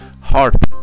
heart